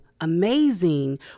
amazing